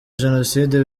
jenoside